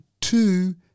two